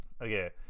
Okay